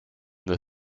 the